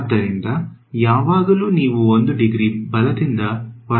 ಆದ್ದರಿಂದ ಯಾವಾಗಲೂ ನೀವು 1 ಡಿಗ್ರಿ ಬಲದಿಂದ ಹೊರಗುಳಿಯುತ್ತೀರಿ